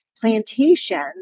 Plantation